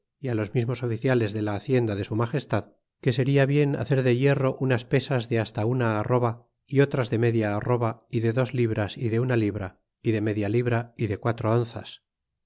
á los mismos oficiales de la hacienda de su magestad que seria bien hacer de hierro unas pesas de hasta una arroba y otras de media arroba y de dos libras y de una libra y de inedia libra y de cuatro onzas